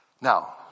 Now